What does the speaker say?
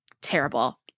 terrible